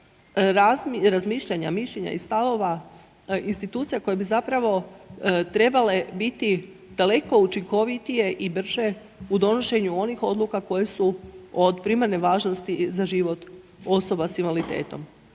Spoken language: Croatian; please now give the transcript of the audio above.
razmišljanja, mišljenja i stavova institucija koje bi zapravo trebale biti daleko učinkovitije i brže u donošenju onih odluka koje su od primarne važnosti za život osoba s invaliditetom.